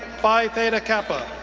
phi theta kappa.